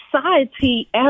society